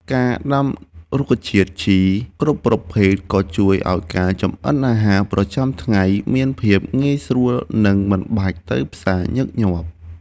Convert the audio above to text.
ការដាំរុក្ខជាតិជីរ គ្រប់ប្រភេទក៏ជួយឱ្យការចម្អិនអាហារប្រចាំថ្ងៃមានភាពងាយស្រួល និងមិនបាច់ទៅផ្សារញឹកញាប់។